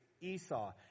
Esau